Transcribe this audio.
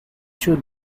should